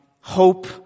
hope